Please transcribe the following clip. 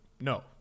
no